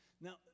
Now